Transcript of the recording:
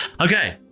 Okay